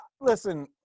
listen